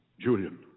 Julian